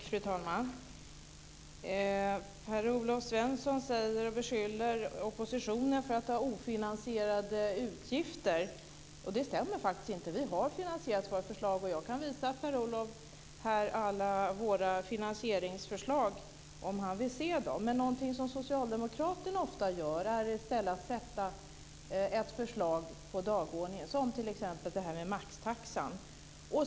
Fru talman! Per-Olof Svensson beskyller oppositionen för att föreslå ofinansierade utgifter. Det stämmer faktiskt inte. Vi har finansierat våra förslag, och jag kan visa Per-Olof Svensson alla våra finansieringar, om han vill se dem. Men socialdemokraterna sätter ofta upp ett förslag på dagordningen, som t.ex. detta med maxtaxan.